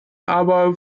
aber